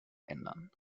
ändern